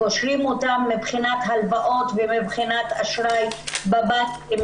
קושרים אותם מבחינת הלוואות ומבחינת אשראי בבנקים,